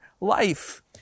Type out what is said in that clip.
life